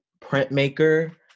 printmaker